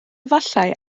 efallai